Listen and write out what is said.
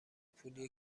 پولیه